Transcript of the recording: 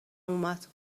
اومد